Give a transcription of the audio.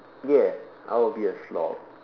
yes I will be a slog